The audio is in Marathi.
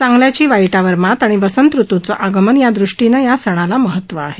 चांगल्याची वाईटावर मात आणि वसंत ऋत्यं आगमन या दृष्टीनं या सणाला महत्व आहे